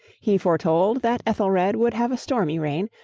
he foretold that ethelred would have a stormy reign,